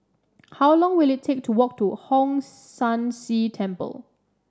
how long will it take to walk to Hong San See Temple